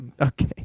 okay